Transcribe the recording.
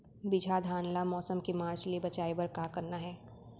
बिजहा धान ला मौसम के मार्च ले बचाए बर का करना है?